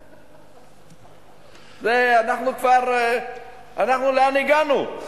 אנחנו, לאן הגענו?